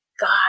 God